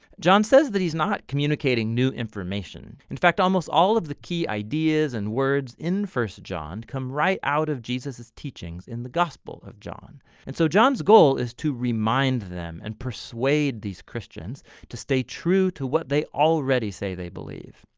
john says that he's not communicating new information. in fact almost all of the key ideas and words in first john come right out of jesus's teachings in the gospel of john and so john's goal is to remind them and persuade these christians to stay true to what they already say they believe,